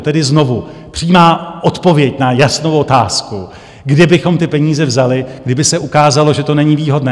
Tedy znovu přímá odpověď na jasnou otázku: Kde bychom ty peníze vzali, kdyby se ukázalo, že to není výhodné?